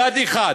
יד אחת,